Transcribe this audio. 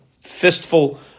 fistful